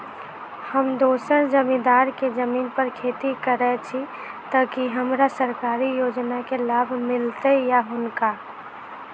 हम दोसर जमींदार केँ जमीन पर खेती करै छी तऽ की हमरा सरकारी योजना केँ लाभ मीलतय या हुनका?